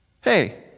Hey